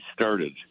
started